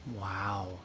Wow